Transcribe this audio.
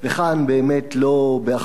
וכאן באמת זה לא באחריותך,